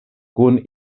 kun